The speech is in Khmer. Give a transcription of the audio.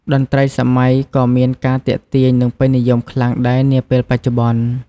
តន្រ្តីសម័យក៏មានការទាក់ទាញនិងពេញនិយមខ្លាំងដែរនាពេលបច្ចុប្បន្ន។